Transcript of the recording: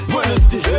Wednesday